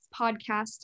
podcast